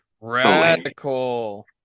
radical